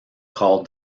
called